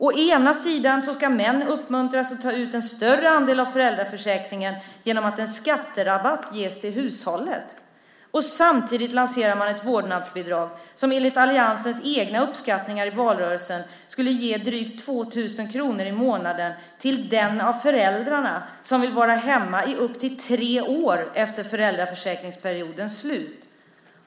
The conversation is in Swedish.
Å ena sidan ska män uppmuntras att ta ut en större andel av föräldraförsäkringen genom att en skatterabatt ges till hushållet. Å andra sidan lanserar man samtidigt ett vårdnadsbidrag som enligt alliansens egna uppskattningar i valrörelsen skulle ge drygt 2 000 kr i månaden till den av föräldrarna som vill vara hemma i upp till tre år efter föräldraförsäkringsperiodens slut.